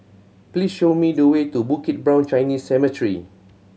please show me the way to Bukit Brown Chinese Cemetery